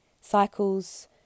Cycles